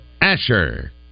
Asher